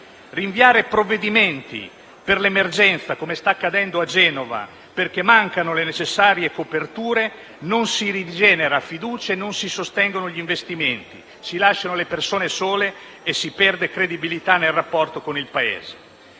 Rinviare provvedimenti per l'emergenza, come sta accadendo a Genova, perché mancano le necessarie coperture, non rigenera la fiducia e non sostiene gli investimenti; si lasciano le persone sole e si perde credibilità nel rapporto con il Paese.